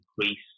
increase